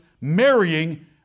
marrying